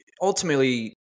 ultimately